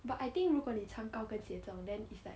but I think 如果你穿高跟鞋这种 then it's like